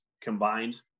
combined